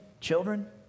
children